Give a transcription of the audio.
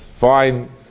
fine